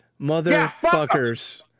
motherfuckers